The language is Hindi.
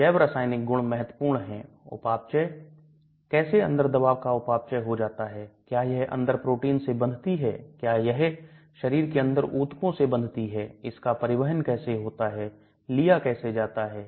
तो gastrointestinal कि शरीर क्रिया विज्ञान GI कि अपनी लंबाई क्षेत्र में pH की अलग मात्राएं हैं जैसा कि आप 1 से 5 या 6 तक शुरू कर सकते हैं पेट के pH small intetine की अम्लीय उदासीन colon में क्षारीय